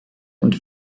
und